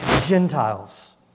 Gentiles